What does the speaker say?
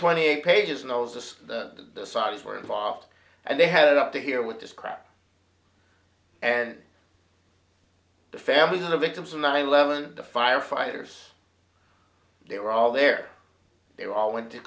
twenty eight pages knows the signs were involved and they had it up to here with this crap and the families of the victims of nine eleven the firefighters they were all there they all went t